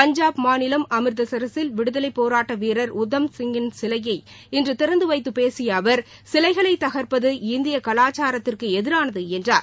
பஞ்சாப் மாநிலம் அமிர்தசரசில் விடுதலை போராட்ட வீரர் உத்தம் சிங்கின் சிலையை இன்று திறந்து வைத்து பேசிய அவர் சிலைகளை தகர்ப்பது இந்திய கலாச்சாரத்திற்கு எதிரானது என்றார்